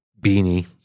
Beanie